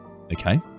Okay